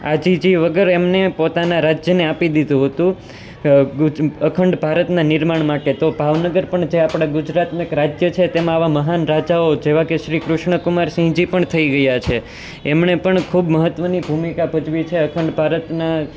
આજીજી વગર એમને પોતાના રાજ્યને આપી દીધું હતું ગુજ અખંડ ભારતના નિર્માણ માટે તો ભાવનગર પણ જે આપણા ગુજરાતનું એક રાજ્ય છે તેમાં આવા મહાન રાજાઓ જેવા કે શ્રી કૃષ્ણ કુમાર સિંહજી પણ થઈ ગયા છે એમણે પણ ખૂબ મહત્ત્વની ભૂમિકા ભજવી છે અખંડ ભારતના